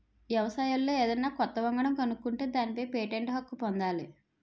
వ్యవసాయంలో ఏదన్నా కొత్త వంగడం కనుక్కుంటే దానిపై పేటెంట్ హక్కు పొందాలి